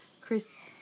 Chris